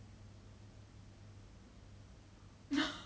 misappropriating rape culture into this like